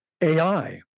AI